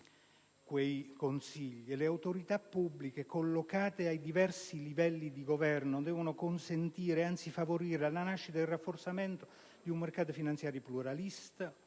quei consigli: «Le autorità pubbliche collocate ai diversi livelli di governo devono consentire, anzi favorire, la nascita e il rafforzamento di un mercato finanziario pluralista,